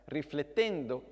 riflettendo